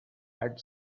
had